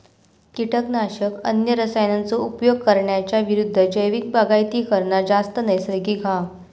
किटकनाशक, अन्य रसायनांचो उपयोग करणार्यांच्या विरुद्ध जैविक बागायती करना जास्त नैसर्गिक हा